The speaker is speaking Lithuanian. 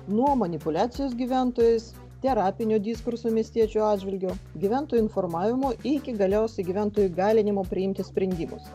nuo manipuliacijos gyventojais terapinio diskurso miestiečių atžvilgiu gyventojų informavimo iki galiausiai gyventojų įgalinimo priimti sprendimus